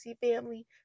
family